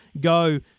Go